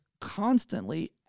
constantly